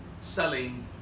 Selling